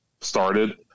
started